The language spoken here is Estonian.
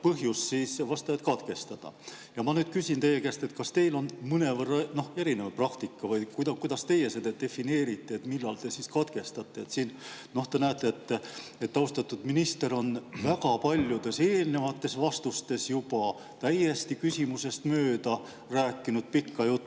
põhjust vastajat katkestada. Ma küsin nüüd teie käest: kas teil on mõnevõrra erinev praktika või kuidas teie seda defineerite, millal te katkestate? Te näete, et austatud minister on väga paljudes eelnevates vastustes juba täiesti küsimusest mööda rääkinud pikka juttu,